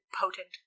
potent